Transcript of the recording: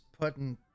putting